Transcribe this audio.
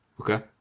Okay